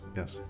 yes